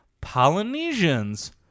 Polynesians